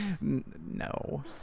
No